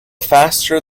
faster